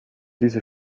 diese